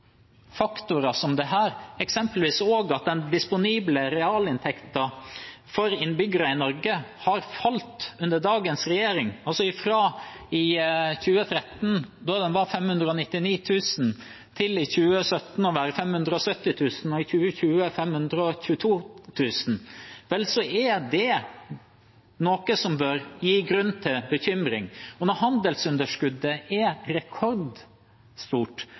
faktorer som dette, eksempelvis også at den disponible realinntekten for innbyggere i Norge har falt under dagens regjering – fra 2013, da den var 599 000 kr, til i 2017 å være 570 000 kr og i 2020 522 000 kr – er det noe som bør gi grunn til bekymring. Når handelsunderskuddet er rekordstort,